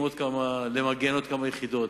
למגן עוד כמה יחידות.